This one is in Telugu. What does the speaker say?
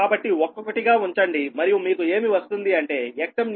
కాబట్టి ఒక్కొక్కటిగా ఉంచండి మరియు మీకు ఏమి వస్తుంది అంటే Xmnew p